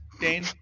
Dane